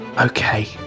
Okay